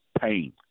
pain